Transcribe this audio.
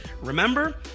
Remember